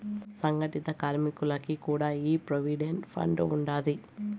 సంగటిత కార్మికులకి కూడా ఈ ప్రోవిడెంట్ ఫండ్ ఉండాది